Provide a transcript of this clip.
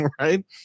right